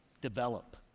develop